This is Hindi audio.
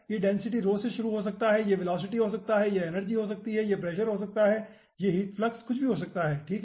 यह डेंसिटी से शुरू हो सकता है यह वेलोसिटी हो सकता है यह एनर्जी हो सकती है यह प्रेशर हो सकता है यह हीट फ्लक्स कुछ भी हो सकता है ठीक है